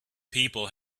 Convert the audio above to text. people